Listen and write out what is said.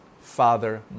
Father